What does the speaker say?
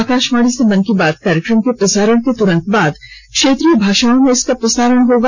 आकाशवाणी से मन की बात कार्यक्रम के प्रसारण के तुरंत बाद क्षेत्रीय भाषाओं में इसका प्रसारण होगा